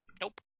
Nope